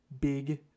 big